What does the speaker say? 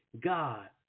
God